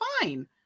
fine